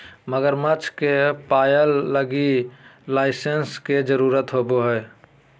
मगरमच्छ के पालय लगी लाइसेंस के जरुरत होवो हइ